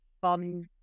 fun